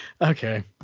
Okay